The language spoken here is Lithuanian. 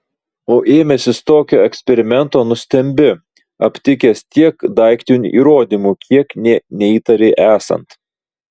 o ėmęsis tokio eksperimento nustembi aptikęs tiek daiktinių įrodymų kiek nė neįtarei esant